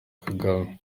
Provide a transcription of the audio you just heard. kagame